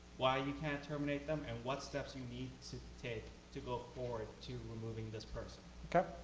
why you can't terminate them and what steps you need to take to go forward to removing this person. okay,